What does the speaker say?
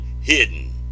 hidden